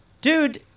Dude